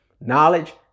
knowledge